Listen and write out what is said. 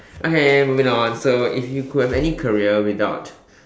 okay moving on so if you could have any career without